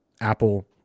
Apple